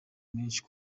menshi